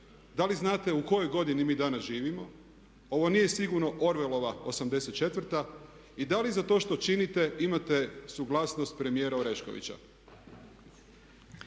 da li znate u kojoj godini mi danas živimo? Ovo nije sigurno Orwellova '84. i da li za to što činite imate suglasnost premijera Oreškovića?